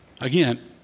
Again